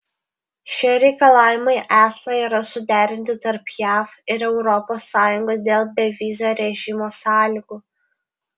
šie reikalavimai esą yra suderinti tarp jav ir europos sąjungos dėl bevizio režimo sąlygų